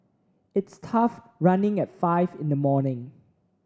it's tough running at five in the morning